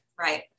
Right